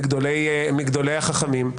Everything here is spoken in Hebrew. מגדולי החכמים,